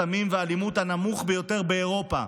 הסמים והאלימות הנמוכים ביותר באירופה.